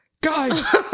Guys